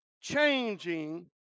changing